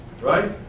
right